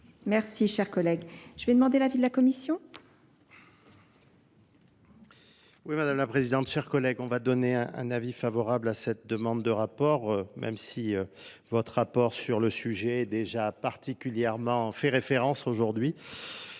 Cher collègue, je vais demander l'avis de la commission.